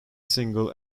single